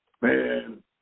man